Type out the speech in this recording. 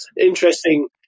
interesting